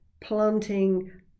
planting